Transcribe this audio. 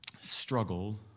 struggle